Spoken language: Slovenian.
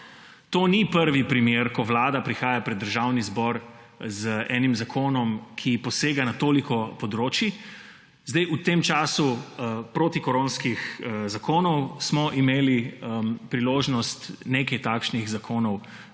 To ni prvi primer, ko vlada prihaja pred državni zbor z enim zakonom, ki posega na toliko področij. Zdaj v tem času protikoronskih zakonov smo poslanke in poslanci že imeli priložnost nekaj takšnih zakonov